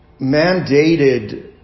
mandated